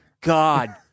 God